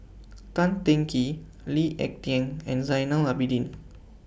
Tan Teng Kee Lee Ek Tieng and Zainal Abidin